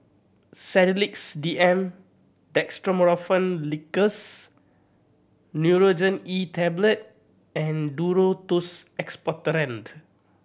Sedilix D M Dextromethorphan Linctus Nurogen E Tablet and Duro Tuss Expectorant